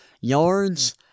yards